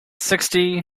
sixty